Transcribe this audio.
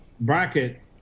bracket